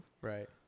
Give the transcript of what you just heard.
right